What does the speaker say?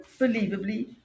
unbelievably